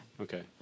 Okay